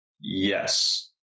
Yes